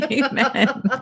Amen